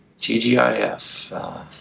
TGIF